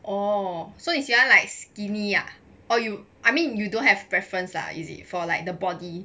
所以你喜欢 like skinny ah or you I mean you don't have preference ah is it for like the body